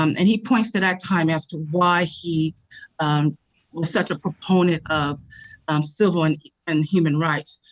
um and he points to that time as to why he was such a proponent of um civil and and human rights.